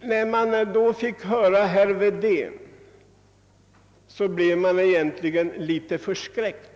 När jag sedan fick höra herr Wedén blev jag litet förskräckt.